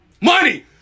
Money